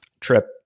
trip